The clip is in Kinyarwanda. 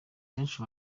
benshi